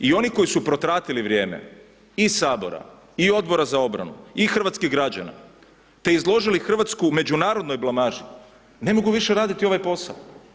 I oni koji su protratili vrijeme i sabora i Odbora za obranu i hrvatskih građana te izložili Hrvatsku međunarodnoj blamaži ne mogu više raditi ovaj posao.